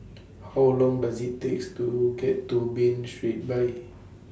How Long Does IT takes to get to Bain Street By